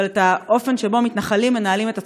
אבל את האופן שבו מתנחלים מנהלים את הצבא,